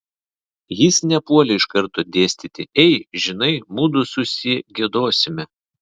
jis nepuolė iš karto dėstyti ei žinai mudu susigiedosime